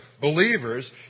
believers